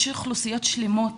יש אוכלוסיות שלמות